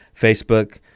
Facebook